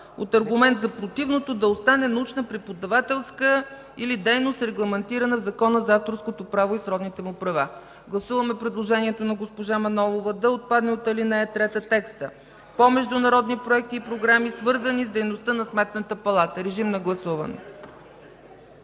От аргумент за противното да остане: „научна, преподавателска или дейност, регламентирана в Закона за авторското право и сродните му права”. Гласуваме предложението на госпожа Манолова от ал. 3 да отпадне текстът: „по международни проекти и програми, свързани с дейността на Сметната палата”. Режим на гласуване!